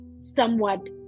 somewhat